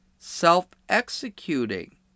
Self-executing